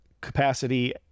capacity